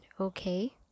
okay